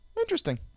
Interesting